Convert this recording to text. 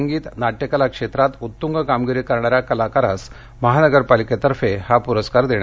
संगीत नाट्य कला क्षेत्रात उत्तूंग कामगिरी करणा या कलाकारास महानगरपालिकेतर्फे हा पुरस्कार देण्यात येतो